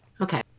Okay